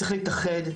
צריך להתאחד,